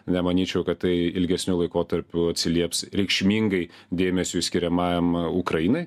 nemanyčiau kad tai ilgesniu laikotarpiu atsilieps reikšmingai dėmesiui skiriamajam ukrainai